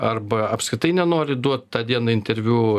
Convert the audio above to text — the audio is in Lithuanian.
arba apskritai nenori duot tą dieną interviu